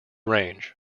range